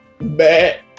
Bad